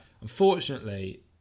Unfortunately